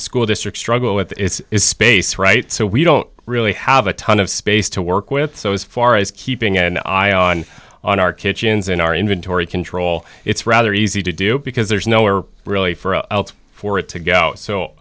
school districts struggle with its space right so we don't really have a ton of space to work with so as far as keeping an eye on on our kitchens in our inventory control it's rather easy to do because there's no or really for a for it to go